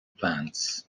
plants